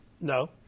No